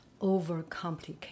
overcomplicate